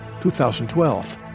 2012